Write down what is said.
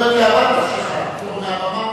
היית יכול לדבר כאוות נפשך פה מהבמה.